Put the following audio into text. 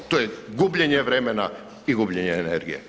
To je gubljenje vremena i gubljenje energije.